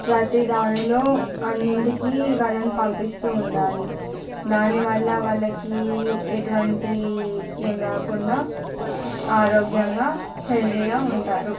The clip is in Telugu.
ప్రతిదానిలో అన్నింటికీ వాళ్ళని పంపిస్తూ ఉండాలి దాని వల్ల వాళ్ళకి ఎటువంటి ఏం రాకుండా ఆరోగ్యంగా హెల్తీగా ఉంటారు